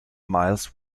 miles